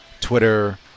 Twitter